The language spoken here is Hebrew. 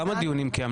כמה דיונים,